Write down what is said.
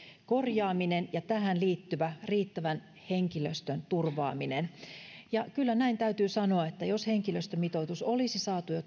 korjaaminen ja tähän liittyvä riittävän henkilöstön turvaaminen kyllä näin täytyy sanoa että jos henkilöstömitoitus olisi saatu jo